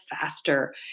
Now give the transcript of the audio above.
faster